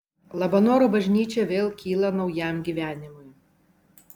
labanoro bažnyčia vėl kyla naujam gyvenimui